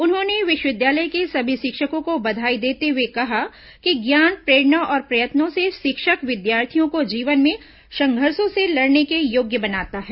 उन्होंने विश्वविद्यालय के सभी शिक्षकों को बधाई देते हुए कहा कि ज्ञान प्रेरणा और प्रयत्नों से शिक्षक विद्यार्थियों को जीवन में संघर्षों से लड़ने के योग्य बनाता है